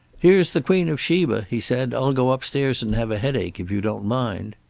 here's the queen of sheba, he said. i'll go upstairs and have a headache, if you don't mind.